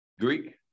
Greek